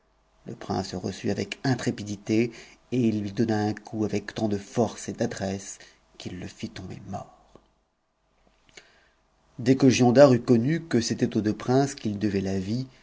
le prince le reçut avec intrépidité et lui donn un coup avec tant de force et d'adresse qu'il te fit tomber mort dès que giondar eut connu que c'était aux deux princes qu'il devait la vie